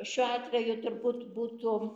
šiuo atveju turbūt būtų